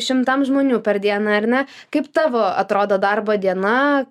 šimtam žmonių per dieną ar ne kaip tavo atrodo darbo diena